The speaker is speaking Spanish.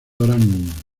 orán